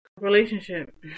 relationship